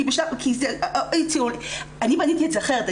כי --- אני בניתי את זה אחרת.